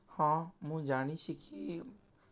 ହଁ ମୁଁ ଜାଣିଛି କି